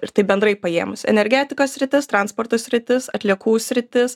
ir tai bendrai paėmus energetikos sritis transporto sritis atliekų sritis